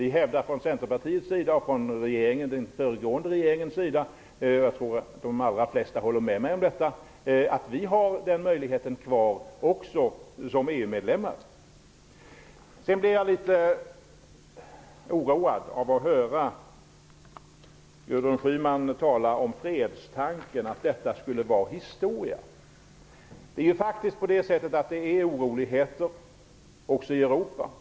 Vi hävdar från Centerpartiets och från den föregående regeringen sida - jag tror att de allra flesta håller med mig om detta - att vi har den möjligheten kvar också som EU-medlemmar. Jag blir litet oroad av att höra Gudrun Schyman tala om att fredstanken skulle vara historia. Det är faktiskt oroligheter också i Europa.